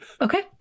Okay